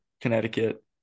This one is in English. Connecticut